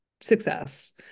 success